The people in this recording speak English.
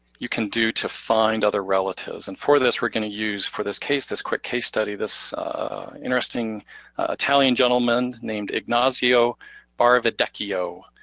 you can do to find other relatives, and for this we're gonna use, for this case, this quick case study, interesting italian gentleman named ignacio barravecchio,